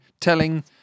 telling